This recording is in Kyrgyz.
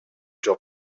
жок